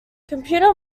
computer